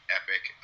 epic